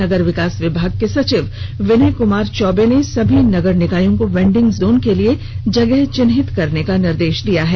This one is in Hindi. नगर विकास विभाग के सचिव विनय कुमार चौर्बे ने सभी नगर निकायों को वेंडिंग जोन के लिए जगह चिन्हित करने का निर्देष दिया है